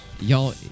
Y'all